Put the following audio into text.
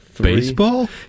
baseball